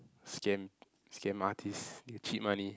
scam scam artist they cheat money